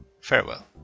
Farewell